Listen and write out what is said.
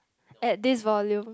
at this volume